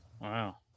Wow